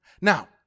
Now